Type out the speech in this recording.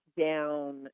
down